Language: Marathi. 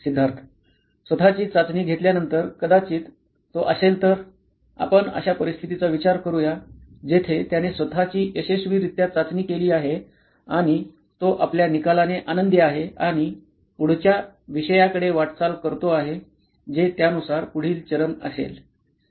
सिद्धार्थ स्वत ची चाचणी घेतल्यानंतर कदाचित तो असेल तर आपण अशा परिस्थितीचा विचार करू या जेथे त्याने स्वत ची यशस्वीरीत्या चाचणी केली आहे आणि तो आपल्या निकालाने आनंदी आहे आणि पुढच्या विषयाकडे वाटचाल करतो आहे जे त्यानुसार पुढील चरण असेल